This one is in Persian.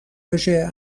بشه